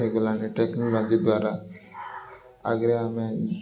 ହେଇଗଲାଣି ଟେକ୍ନୋଲୋଜି ଦ୍ୱାରା ଆଗରେ ଆମେ